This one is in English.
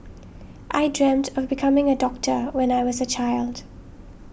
I dreamt of becoming a doctor when I was a child